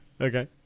Okay